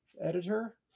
editor